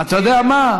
אתה יודע מה,